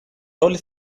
роль